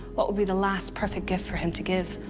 what would be the last perfect gift for him to give,